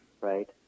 right